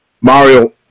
Mario